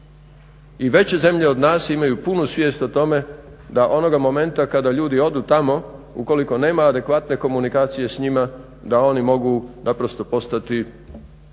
i veće zemlje od nas imaju punu svijest o tome da onoga momenta kada ljudi odu tamo ukoliko nema adekvatne komunikacije s njima da oni mogu naprosto postati jedan